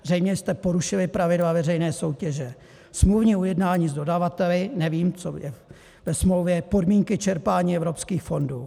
Zřejmě jste porušili pravidla veřejné soutěže, smluvní ujednání s dodavateli nevím, co je ve smlouvě, podmínky čerpání evropských fondů.